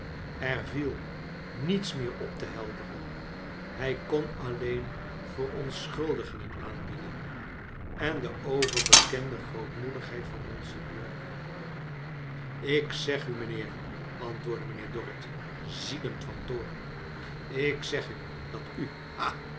er viel niets meer op te helderen hij kon alleen verontschulgingen aanbieden en de overbekende grootmoedigheid van monseigneur inroepen ik zeg u mijnheer antwoordde mijnheer dorrit ziedend van toorn ik zeg u dat u